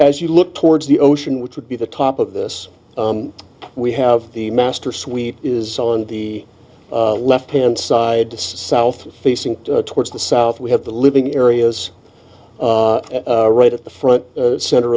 as you look towards the ocean which would be the top of this we have the master suite is on the left hand side the south facing towards the south we have the living areas right at the front center